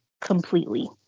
completely